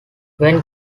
when